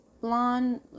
blonde